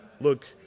look